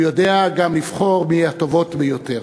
הוא יודע גם לבחור מהטובות ביותר.